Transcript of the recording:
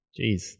Jeez